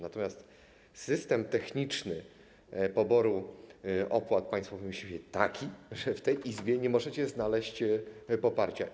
Natomiast system techniczny poboru opłat państwo wymyślili taki, że w tej Izbie nie możecie znaleźć poparcia.